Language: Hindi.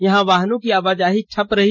यहां वाहनों की आवाजाही ठप रही